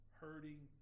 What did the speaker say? hurting